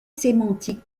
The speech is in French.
sémantique